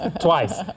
twice